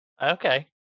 Okay